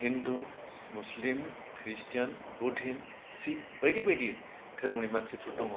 हिन्दु मुसलिम ख्रिष्टान बौधिन शिक बायदि बायदि धोरोमनि मानसिफोर दङ